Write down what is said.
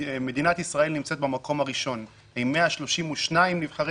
מדינת ישראל נמצאת במקום הראשון עם 132 נבחרי